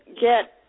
get